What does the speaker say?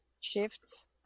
shifts